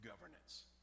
governance